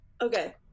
Okay